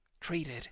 treated